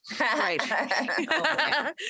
Right